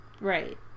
Right